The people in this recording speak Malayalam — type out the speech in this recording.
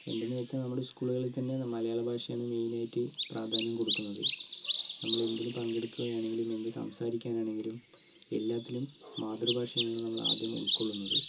എന്തെന്നുവെച്ചാൽ നമ്മുടെ സ്കൂളുകളിൽത്തന്നെ മലയാള ഭാഷയാണ് മെയിനായിട്ട് പ്രാധാന്യം കൊടുക്കുന്നത് നമ്മൾ എന്തിൽ പങ്കെടുക്കുകയാണെങ്കിലും എന്ത് സംസാരിക്കാനാണെങ്കിലും എല്ലാറ്റിനും മാതൃഭാഷയാണ് നമ്മൾ ആദ്യം ഉൾക്കൊള്ളുന്നത്